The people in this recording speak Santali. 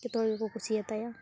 ᱡᱚᱛᱚ ᱦᱚᱲ ᱜᱮᱠᱚ ᱠᱩᱥᱤᱭᱟᱛᱟᱭᱟ